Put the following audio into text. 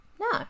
No